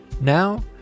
Now